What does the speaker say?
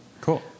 Cool